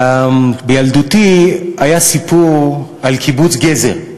בילדותי היה סיפור על קיבוץ גזר.